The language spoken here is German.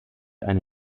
eine